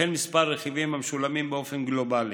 וכן כמה רכיבים המשולמים באופן גלובלי.